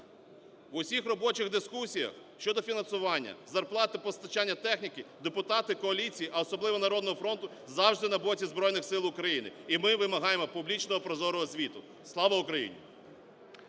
У всіх робочих дискусіях щодо фінансування зарплат та постачання техніки депутати коаліції, а особливо "Народного фронту" завжди на боці Збройних Сил України. І ми вимагаємо публічного і прозорого звіту. Слава Україні!